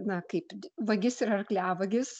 na kaip vagis ir arkliavagis